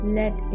let